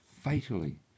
fatally